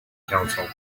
council